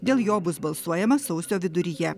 dėl jo bus balsuojama sausio viduryje